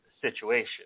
situation